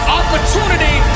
opportunity